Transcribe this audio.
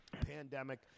pandemic